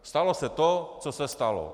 Stalo se to, co se stalo.